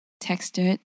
texted